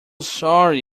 sorry